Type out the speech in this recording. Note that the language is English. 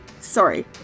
Sorry